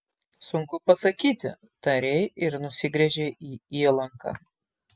sunku pasakyti tarei ir nusigręžei į įlanką